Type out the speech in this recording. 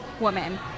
woman